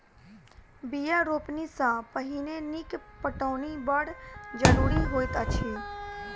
बीया रोपनी सॅ पहिने नीक पटौनी बड़ जरूरी होइत अछि